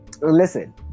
listen